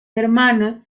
hermanos